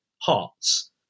hearts